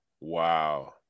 Wow